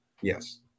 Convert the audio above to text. Yes